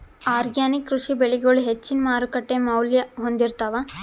organic ಕೃಷಿ ಬೆಳಿಗಳು ಹೆಚ್ಚಿನ್ ಮಾರುಕಟ್ಟಿ ಮೌಲ್ಯ ಹೊಂದಿರುತ್ತಾವ